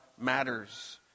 matters